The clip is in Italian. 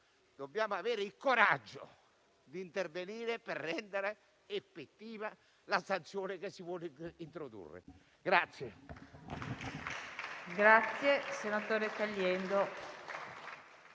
Dobbiamo avere il coraggio di intervenire per rendere effettiva la sanzione che si vuole introdurre.